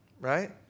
right